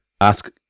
ask